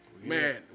Man